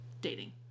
Dating